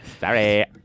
Sorry